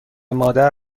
مادر